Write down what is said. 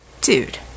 Dude